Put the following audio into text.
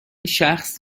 شخص